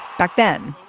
back then,